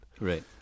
Right